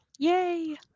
Yay